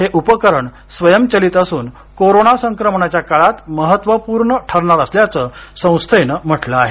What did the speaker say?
हे उपकरण स्वयंचलित असून कोरोना संक्रमणाच्या काळात महत्त्वपूर्ण ठरणार असल्याचं संस्थेनं म्हटलं आहे